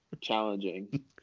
challenging